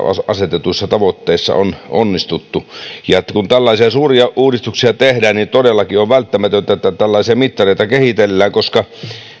asetetuissa tavoitteissa on onnistuttu kun tällaisia suuria uudistuksia tehdään niin todellakin on välttämätöntä että tällaisia mittareita kehitellään koska